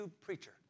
preacher